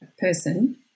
person